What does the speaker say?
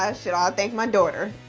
ah should all thank my daughter.